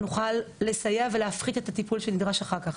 נוכל לסייע ולהפחית את הטיפול שנדרש אחר כך.